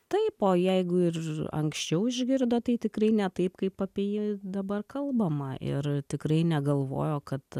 taip o jeigu ir anksčiau išgirdo tai tikrai ne taip kaip apie jį dabar kalbama ir tikrai negalvojo kad